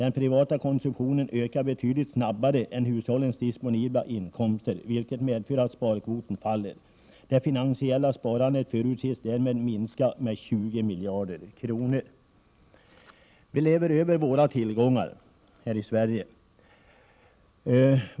Den privata konsumtionen ökar betydligt snabbare än hushållens disponibla inkomster, vilket medför att sparkvoten faller. Det finansiella sparandet förutses därmed minska med 20 miljarder kronor.” Vi lever över våra tillgångar här i Sverige.